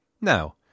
Now